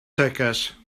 seques